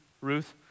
Ruth